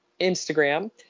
Instagram